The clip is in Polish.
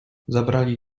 zabrali